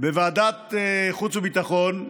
בוועדת החוץ והביטחון,